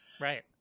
Right